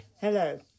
Hello